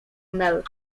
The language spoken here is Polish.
nel